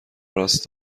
راس